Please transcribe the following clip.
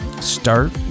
Start